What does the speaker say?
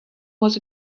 was